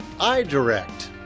iDirect